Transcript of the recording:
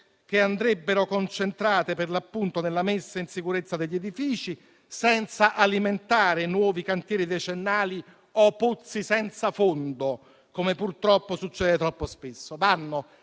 che andrebbero concentrate per l'appunto nella messa in sicurezza degli edifici, senza alimentare nuovi cantieri decennali o pozzi senza fondo, come purtroppo succede troppo spesso.